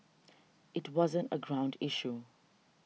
it wasn't a ground issue